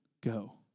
go